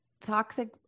toxic